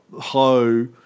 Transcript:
Ho